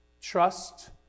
Trust